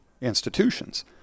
institutions